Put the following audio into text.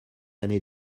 année